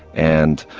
and